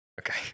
Okay